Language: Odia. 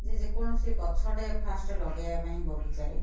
ଯେ ଯେକୌଣସି ଗଛଟେ ଫାର୍ଷ୍ଟ୍ ଲଗେଇବା ପାଇଁ ବଗିଚାରେ